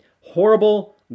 horrible